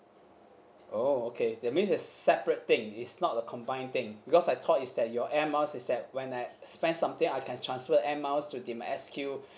oh okay that means is separate thing is not a combine thing because I thought is that your air miles is that when I spend something I can transfer air miles to the S_Q